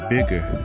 bigger